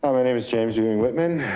um name is james ewing whitman.